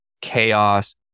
chaos